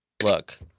Look